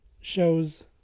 shows